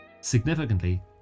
significantly